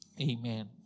Amen